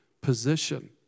position